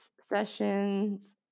sessions